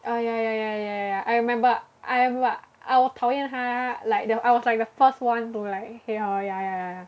oh ya ya ya ya ya ya I remember I have I 我讨厌她 like the I was like the first one to like hate her ya ya ya ya